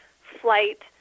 flight